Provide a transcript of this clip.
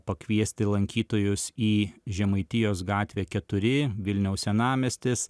pakviesti lankytojus į žemaitijos gatvė keturi vilniaus senamiestis